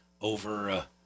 over